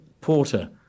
Porter